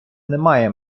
немає